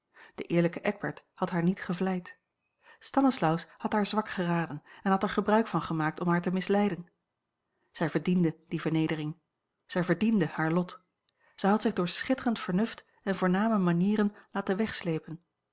de eerlijke eckbert had haar niet gevleid stanislaus had haar zwak geraden en had er gebruik van gemaakt om haar te misleiden zij verdiende die vernedering zij verdiende haar lot zij had zich door schitterend vernuft en voorname manieren laten wegsleepen